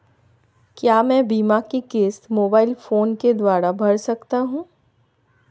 क्या मैं बीमा की किश्त मोबाइल फोन के द्वारा भर सकता हूं?